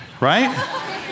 right